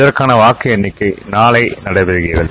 இதற்கான வாக்கு எண்ணிக்கை நாளை நடைபெறுகிறது